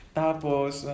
tapos